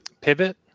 pivot